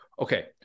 Okay